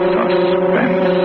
Suspense